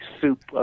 soup